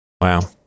Wow